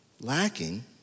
lacking